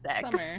summer